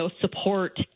support